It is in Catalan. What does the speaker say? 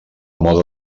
moda